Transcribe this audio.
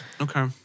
Okay